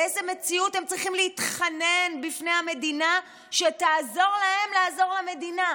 באיזו מציאות הם צריכים להתחנן בפני המדינה שתעזור להם לעזור למדינה?